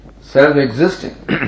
self-existing